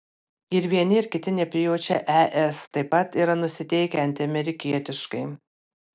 ir vieni ir kiti neprijaučia es taip pat yra nusiteikę antiamerikietiškai